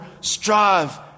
strive